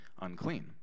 unclean